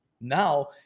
Now